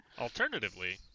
Alternatively